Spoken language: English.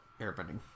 airbending